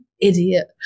idiot